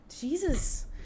Jesus